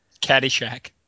Caddyshack